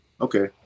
okay